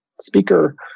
speaker